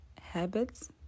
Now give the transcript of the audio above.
habits